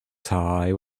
tie